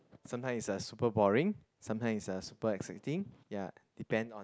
sometime it's uh super boring sometime it's uh super exciting ya depend on